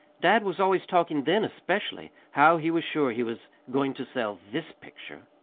dad was always talking then, especially, how he was sure he was going to sell this picture.